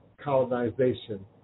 colonization